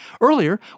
Earlier